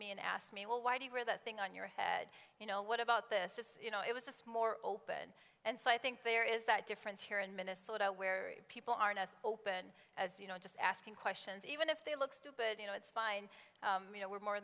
me and ask me well why do you wear that thing on your head you know what about this you know it was just more open and so i think there is that difference here in minnesota where people aren't as open as you know just asking questions even if they look stupid you know it's fine you know we're more